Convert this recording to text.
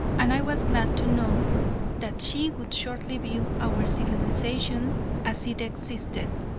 and i was glad to know that she would shortly view our civilization as it existed,